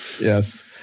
Yes